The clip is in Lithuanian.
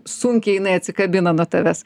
sunkiai jinai atsikabina nuo tavęs